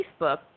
Facebook